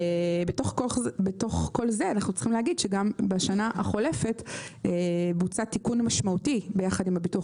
בתוך כל זה אנחנו צריכים להגיד שגם בשנה החולפת יחד עם הביטוח